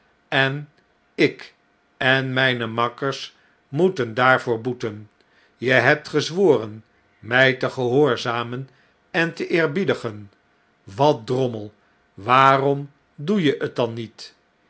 en ik en mpe makkers moeten daarvoor boeten je hebt gezworen my te gehoorzamen en te eerbiedigen wat drommel waarom doe je t dan niet